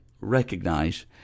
Recognize